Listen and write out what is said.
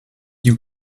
you